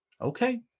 Okay